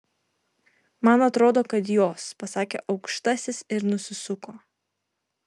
man atrodo kad jos pasakė aukštasis ir nusisuko